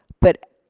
but,